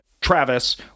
Travis